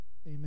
Amen